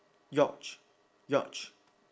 yacht yacht